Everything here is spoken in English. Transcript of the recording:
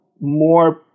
more